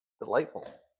Delightful